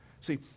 See